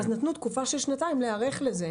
נתנו תקופה של שנתיים להיערך לזה.